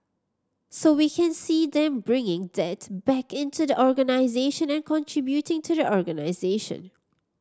so we can see them bringing that back into the organisation and contributing to the organisation